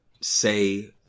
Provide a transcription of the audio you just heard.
say